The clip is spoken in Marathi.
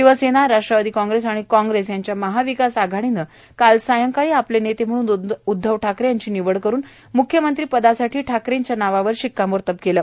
शिवसेना राष्ट्रवादी काँग्रेस आणि काँग्रेस यांच्या महाविकास आघाडीनं काल सायंकाळी आपले नेते म्हणून उद्धव वकरे यांची विवड करुन मुख्यमंत्री पदासाठी वकरेंच्या नावावर शिक्कामोर्तब केला